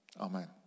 amen